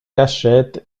cachette